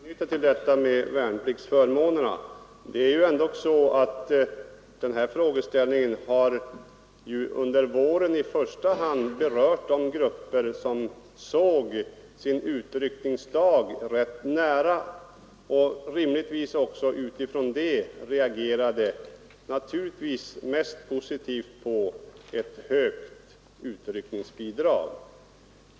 Herr talman! Jag vill återknyta till värnpliktsförmånerna. Det är ju ändå så att den här frågeställningen under våren i första hand har berört de grupper som hade sin utryckningsdag rätt nära i tiden och som med utgångspunkt från det naturligtvis reagerade mest positivt på ett höjt utryckningsbidrag.